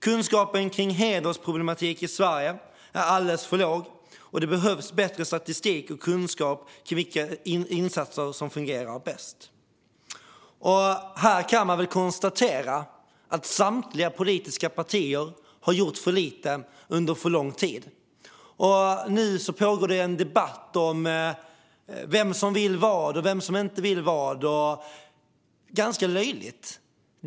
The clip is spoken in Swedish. Kunskapen kring hedersproblematik i Sverige är alldeles för låg. Det behövs bättre statistik och kunskap om vilka insatser som fungerar bäst. Här kan man konstatera att samtliga politiska partier har gjort för lite under för lång tid. Nu pågår det en debatt om vem som vill vad och vem som inte vill vad. Det är ganska löjligt.